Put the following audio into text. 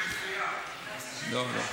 לא לא.